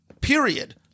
period